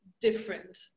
different